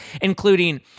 including